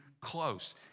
close